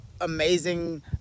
amazing